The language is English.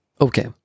Okay